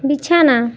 বিছানা